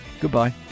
Goodbye